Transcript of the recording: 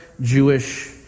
Jewish